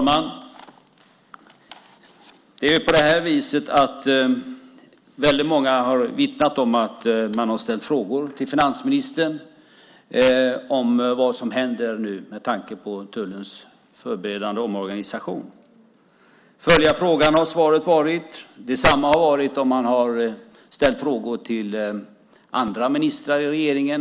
Herr talman! Väldigt många har vittnat om att man har ställt frågor till finansministern om vad som nu händer med tullen, med tanke på den omorganisation man nu förbereder. Ministern följer frågan, har svaret varit. Detsamma har hänt om man har ställt frågor till andra ministrar i regeringen.